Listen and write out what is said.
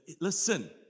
listen